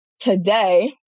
Today